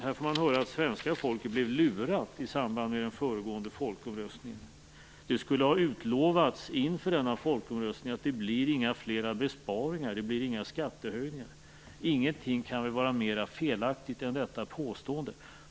Här får man höra att svenska folket blev lurat i samband med den föregående folkomröstningen. Det skulle inför denna folkomröstning ha utlovats att det inte skulle bli några fler besparingar eller skattehöjningar. Ingenting kan väl vara mer felaktigt än detta påstående.